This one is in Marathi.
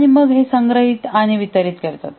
आणि मग हे संग्रहित आणि वितरित करेल